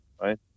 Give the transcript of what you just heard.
Right